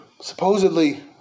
supposedly